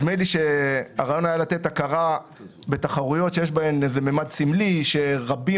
אלא הכרה התחרויות שיש בהן ממד שרבים